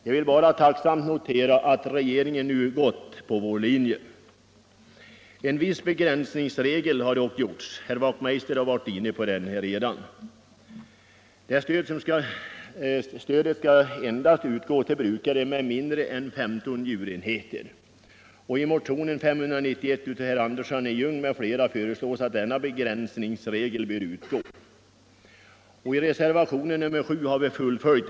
Jag vill bara tacksamt notera att regeringen nu har biträtt vår linje. En viss begränsningsregel har regeringen dock infört. Den har herr Wachtmeister i Johannishus redan berört. Stödet skall utgå endast till brukare med mindre än 15 djurenheter. I motionen 591 av herr Andersson i Ljung m.fl. föreslås att denna begränsningsregel skall utgå, och i reservationen 7 har detta yrkande fullföljts.